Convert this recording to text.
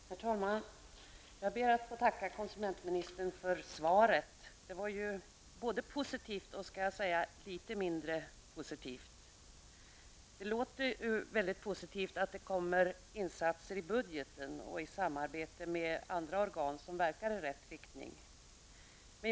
Herr talman! Jag ber att få tacka konsumentministern för svaret. Det var ett både positivt och mindre positivt svar. Det låter väldigt bra att det kommer förslag om insatser i budgetpropositionen och att samarbetet med andra organ som verkar i rätt riktning skall stärkas.